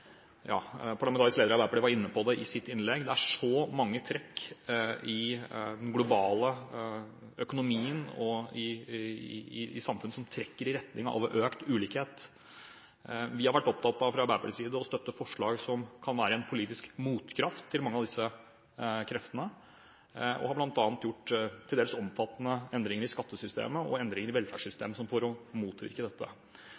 Parlamentarisk leder i Arbeiderpartiet var inne på det i sitt innlegg. Det er så mange trekk i den globale økonomien og i samfunnet som trekker i retning av økt ulikhet. Vi har fra Arbeiderpartiets side vært opptatt av å støtte forslag som kan være en politisk motkraft til mange av disse kreftene. Vi har bl.a. gjort til dels omfattende endringer i skattesystemet og endringer i velferdssystemet for å motvirke dette.